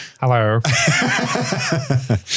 hello